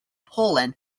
poland